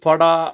ਤੁਹਾਡਾ